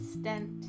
stent